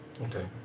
Okay